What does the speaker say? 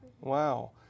Wow